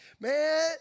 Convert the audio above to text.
man